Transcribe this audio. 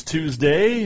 Tuesday